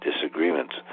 disagreements